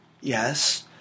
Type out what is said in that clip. yes